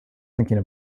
thinking